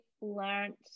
learned